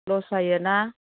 लस जायो ना